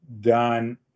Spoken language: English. done